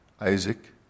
Isaac